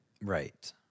Right